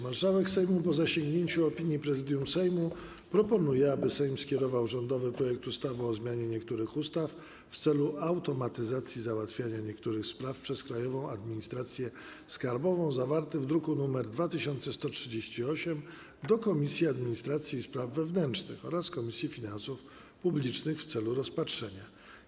Marszałek Sejmu, po zasięgnięciu opinii Prezydium Sejmu, proponuje, aby Sejm skierował rządowy projekt ustawy o zmianie niektórych ustaw w celu automatyzacji załatwiania niektórych spraw przez Krajową Administrację Skarbową, zawarty w druku nr 2138, do Komisji Administracji i Spraw Wewnętrznych oraz Komisji Finansów Publicznych w celu rozpatrzenia.